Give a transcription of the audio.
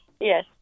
Yes